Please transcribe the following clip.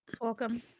welcome